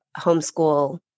homeschool